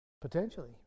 Potentially